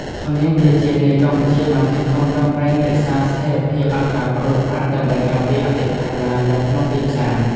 ធនាគារជាតិនៃកម្ពុជាបានខិតខំប្រឹងប្រែងរក្សាស្ថិរភាពអត្រាប្តូរប្រាក់ ដើម្បីការពារអតិផរណានៅក្នុងទីផ្សារ។